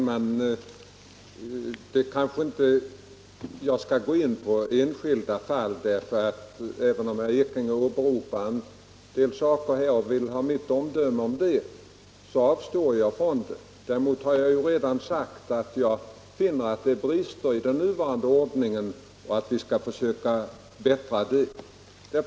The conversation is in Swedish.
Herr talman! Jag avstår från att gå in på enskilda fall, även om herr Ekinge vill ha mitt omdöme om en del fall som han åberopar. Däremot har jag redan sagt att jag anser att det finns brister i nuvarande ordning och att vi skall försöka förbättra den.